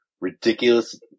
ridiculous